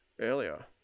Earlier